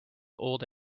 old